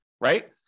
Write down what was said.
right